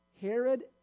Herod